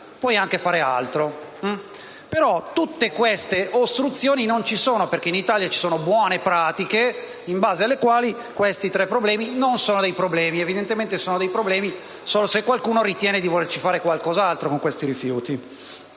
puoi anche fare altro. Ma tutte queste ostruzioni non ci sono, perché in Italia ci sono buone pratiche in base alle quali questi tre problemi non sono tali, e lo diventano solo se qualcuno ritiene di voler fare qualcos'altro con questi rifiuti.